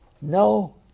No